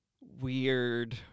weird